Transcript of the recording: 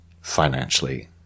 financially